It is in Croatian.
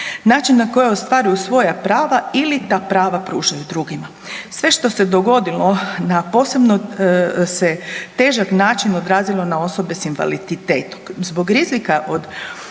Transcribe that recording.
način na koji ostvaruju svoja prava ili ta prava pružaju drugima. Sve što se dogodilo na posebno se težak način odrazilo na osobe s invaliditetom. Zbog rizika od